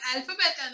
Alphabet